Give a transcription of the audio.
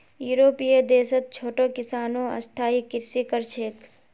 यूरोपीय देशत छोटो किसानो स्थायी कृषि कर छेक